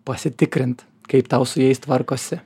pasitikrint kaip tau su jais tvarkosi